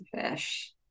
fish